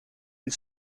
une